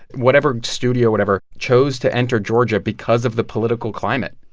whatever studio or whatever chose to enter georgia because of the political climate.